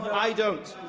i don't.